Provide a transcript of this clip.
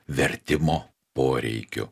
vertimo poreikiu